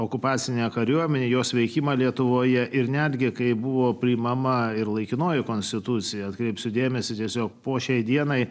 okupacinę kariuomenę jos veikimą lietuvoje ir netgi kai buvo priimama ir laikinoji konstitucija atkreipsiu dėmesį tiesiog po šiai dienai